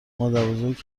مادربزرگ